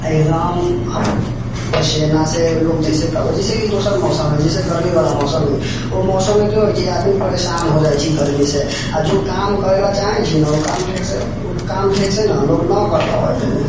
एकदम पसीनासँ लोक जइसे कि दोस जइसे कि लोक दोसर मौसम हइ जइसे गरमी बला मौसम अछि ओहि मौसममे कि होइ छै आदमी परेशान हो जाइ छै गरमीसँ आ जो काम करैले चाहे छै न ओ काम ठीकसँ ओ काम ठीकसँ न लोक न कर पाबै छै